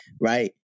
right